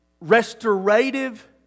restorative